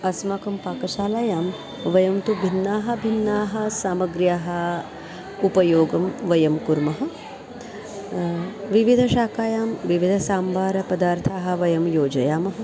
अस्माकं पाकशालायां वयं तु भिन्नाः भिन्नाः सामग्र्यः उपयोगं वयं कुर्मः विविधशाकायां विविधसाम्भारपदार्थान् वयं योजयामः